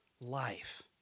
life